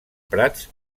prats